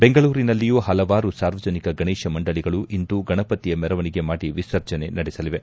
ಬೆಂಗಳೂರಿನಲ್ಲಿಯೂ ಹಲವಾರು ಸಾರ್ವಜನಿಕ ಗಣೇಶ ಮಂಡಳಿಗಳು ಇಂದು ಗಣಪತಿಯ ಮೆರವಣಿಗೆ ಮಾಡಿ ವಿಸರ್ಜನೆ ನಡೆಸಲಿವೆ